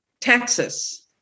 Texas